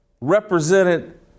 represented